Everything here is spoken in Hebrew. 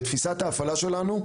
בתפיסת ההפעלה שלנו,